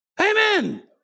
Amen